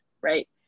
right